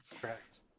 Correct